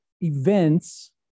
events